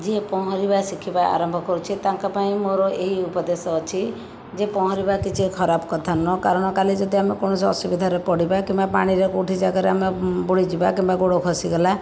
ଯିଏ ପହଁରିବା ଶିଖିବା ଆରମ୍ଭ କରୁଛି ତାଙ୍କ ପାଇଁ ମୋର ଏଇ ଉପଦେଶ ଅଛି ଯେ ପହଁରିବା କିଛି ଖରାପ କଥା ନୁହଁ କାରଣ କାଲି ଯଦି ଆମେ କୌଣସି ଅସୁବିଧାରେ ପଡ଼ିବା କିମ୍ବା ପାଣିରେ କେଉଁଠି ଜାଗାରେ ଆମେ ବୁଡ଼ିଯିବା କିମ୍ବା ଗୋଡ଼ ଖସିଗଲା